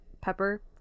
pepper